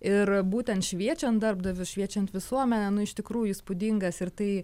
ir būtent šviečiant darbdavius šviečiant visuomenę nu iš tikrųjų įspūdingas ir tai